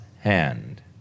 hand